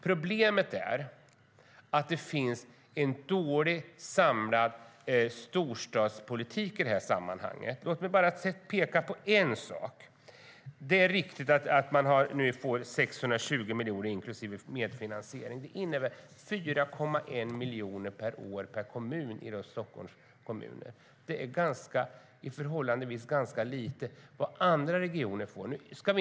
Problemet är att det finns en dåligt samlad storstadspolitik i sammanhanget. Låt mig bara peka på en sak. Man får nu 620 miljoner inklusive medfinansiering. Det innebär 4,1 miljoner per år per kommun inom Stockholms kommuner. Det är förhållandevis lite jämfört med vad andra regioner får.